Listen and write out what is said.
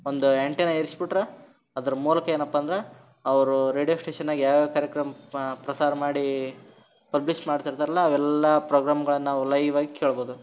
ಒಂದು ಆ್ಯಂಟೆನ ಏರಿಸ್ಬಿಟ್ರೆ ಅದ್ರ ಮೂಲಕ ಏನಪ್ಪ ಅಂದ್ರೆ ಅವರೂ ರೇಡ್ಯೋ ಸ್ಟೇಷನ್ನಲ್ಲಿ ಯಾವಯಾವ ಕಾರ್ಯಕ್ರಮ ಪ್ರಸಾರ ಮಾಡೀ ಪಬ್ಲಿಷ್ ಮಾಡ್ತಿರ್ತಾರಲ್ಲ ಅವೆಲ್ಲಾ ಪ್ರೋಗ್ರಾಮ್ಗಳನ್ನು ನಾವು ಲೈವಾಗಿ ಕೇಳ್ಬೋದು